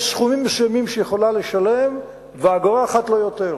יש סכומים מסוימים שהיא יכולה לשלם ואגורה אחת לא יותר.